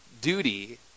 duty